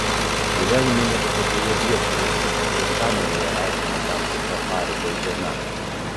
gyvename nepatogioje vietoje bet ir savo sąmonėje esame tam tikra paribio zona